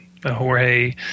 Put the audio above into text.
Jorge